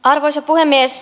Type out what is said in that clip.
arvoisa puhemies